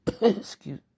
Excuse